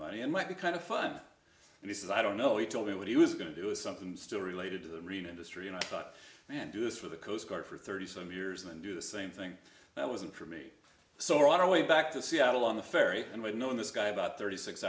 money and might be kind of fun and he says i don't know he told me what he was going to do is something i'm still related to the marine industry and i thought and do this for the coast guard for thirty some years and do the same thing that wasn't for me so we're on our way back to seattle on the ferry and we'd known this guy about thirty six